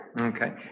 Okay